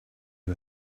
you